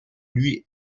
lui